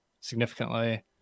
significantly